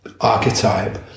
archetype